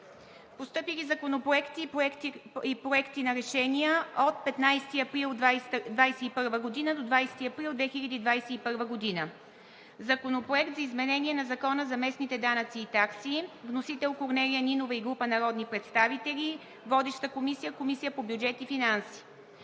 Постъпили законопроекти и проекти на решения от 15 април 2021 г. до 20 април 2021 г.: Законопроект за изменение на Закона за местните данъци и такси. Вносител – Корнелия Нинова и група народни представители. Водеща е Комисията по бюджет и финанси.